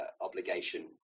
obligation